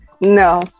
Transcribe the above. No